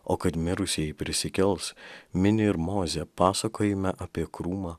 o kad mirusieji prisikels mini ir mozė pasakojime apie krūmą